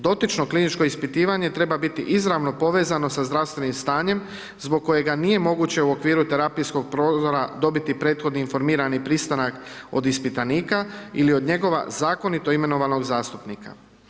Dotično kliničko ispitivanje treba biti izravno povezano sa zdravstvenim stanjem zbog kojega nije moguće u okviru terapijskog prozora dobiti prethodni informirani pristanak od ispitanika ili od njegova zakonito imenovanog zastupnika.